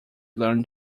learned